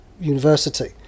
university